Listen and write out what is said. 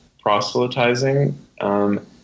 proselytizing